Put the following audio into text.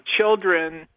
Children